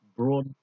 Broad